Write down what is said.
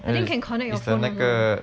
I think can connect your phone also